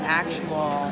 actual